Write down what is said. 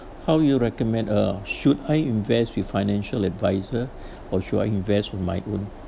how you recommend uh should I invest with financial advisor or should I invest with my own